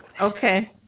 Okay